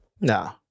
No